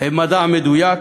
הם מדע מדויק,